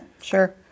sure